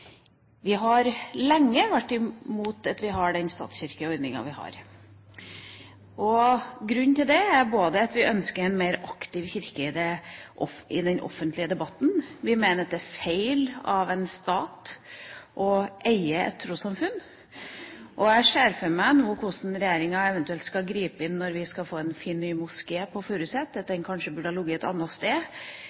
Vi har lenge vært imot den statskirkeordningen vi har. Grunnen til det er både at vi ønsker en mer aktiv kirke i den offentlige debatten, og at vi mener at det er feil av en stat å eie et trossamfunn. Jeg kan se for meg hvordan regjeringa eventuelt skal gripe inn når vi skal få en fin, ny moské på Furuset: at den kanskje burde ligget et annet sted.